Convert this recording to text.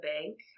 bank